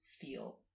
feel